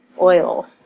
oil